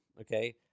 okay